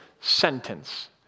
sentence